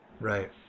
Right